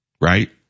right